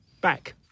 back